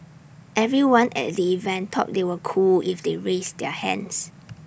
everyone at the event thought they were cool if they raised their hands